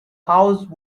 house